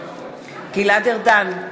גלעד ארדן,